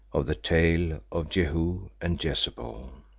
of the tale of jehu and jezebel.